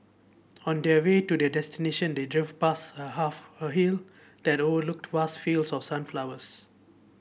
on their way to their destination they drove past a half a hill that overlooked vast fields of sunflowers